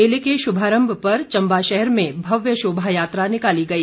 मेले के शुभारम्भ पर चम्बा शहर में भव्य शोभा यात्रा निकाली गई